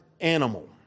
animal